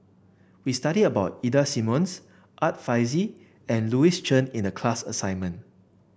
we studied about Ida Simmons Art Fazil and Louis Chen in the class assignment